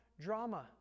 drama